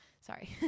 sorry